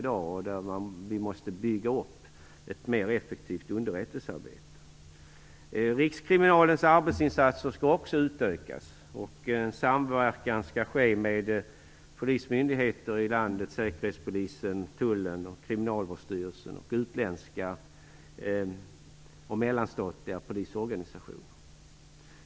Vi måste bygga upp ett mer effektivt underrättelsearbete i detta sammanhang. Rikskriminalens arbetsinsatser skall också utökas och en samverkan skall ske med polismyndigheter, säkerhetspolisen, tullen, Kriminalvårdsstyrelsen och utländska och mellanstatliga polisorganisationer.